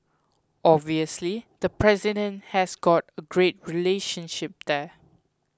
obviously the president has got a great relationship there